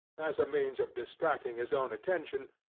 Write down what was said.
as a means of distracting his own attention,